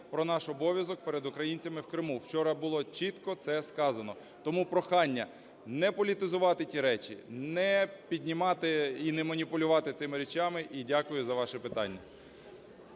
про наш обов'язок перед українцями в Криму. Вчора було чітко це сказано. Тому прохання не політизувати ті речі, не піднімати і не маніпулювати тими речами. І дякую за ваше питання.